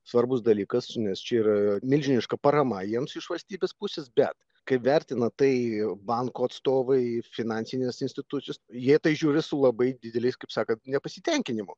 svarbus dalykas nes čia yra milžiniška parama jiems iš valstybės pusės bet kaip vertina tai banko atstovai finansinės institucijos jie į tai žiūri su labai dideliais kaip sakant nepasitenkinimu